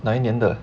哪一年的